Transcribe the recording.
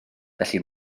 felly